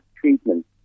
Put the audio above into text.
treatment